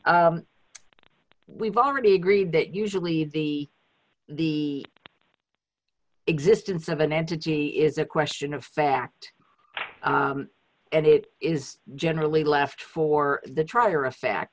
we've already agreed that usually the the existence of an entity is a question of fact and it is generally left for the trier of fact